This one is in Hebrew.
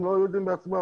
הם לא יודעים בעצמם.